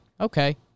Okay